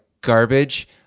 garbage